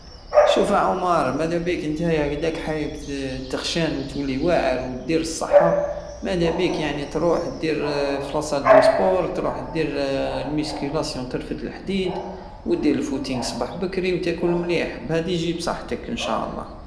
شوف ياعومار مادابيك نتايا ادا راك حايب تخشان وتولي واعر ودير الصحة مادابيك يعني تروح دير فلاصال دو سبور تروح الدير الميسكيلاسيون ترفد لحديد ودير الفوتينق صبح بكري وتاكل مليح بهادي جيب صحتك نشالله